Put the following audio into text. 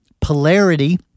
polarity